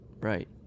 Right